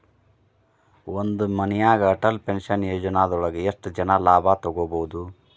ಒಂದೇ ಮನ್ಯಾಗ್ ಅಟಲ್ ಪೆನ್ಷನ್ ಯೋಜನದೊಳಗ ಎಷ್ಟ್ ಜನ ಲಾಭ ತೊಗೋಬಹುದು?